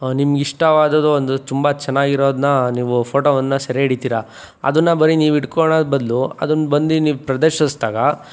ನಿಮ್ಗೆ ಇಷ್ಟವಾದದ್ದು ಒಂದು ತುಂಬ ಚೆನ್ನಾಗಿರೋದನ್ನ ನೀವು ಫೋಟೋವನ್ನು ಸೆರೆ ಹಿಡಿತೀರ ಅದನ್ನ ಬರೀ ನೀವು ಇಡ್ಕೊಳೊ ಬದಲು ಅದನ್ನು ಬಂದು ನೀವು ಪ್ರದರ್ಶಸ್ದಾಗ